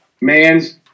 man's